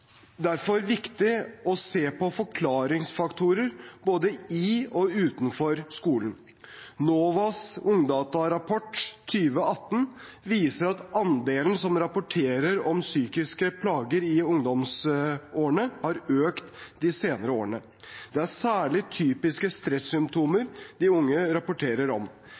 derfor viktig å se på forklaringsfaktorer både i og utenfor skolen. NOVAs rapport Ungdata 2018 viser at andelen som rapporterer om psykiske plager i ungdomsårene, har økt de senere årene. Det er særlig typiske stressymptomer de unge rapporterer om.